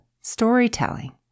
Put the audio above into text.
storytelling